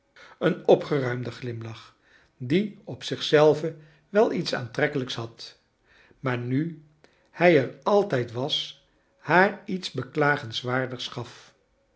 een opgeruimde glimlach die op zich zelven wel iets aantrekkelijks had maar nu hij er altijd was haar iets beklagenswaardigs gaf